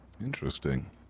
Interesting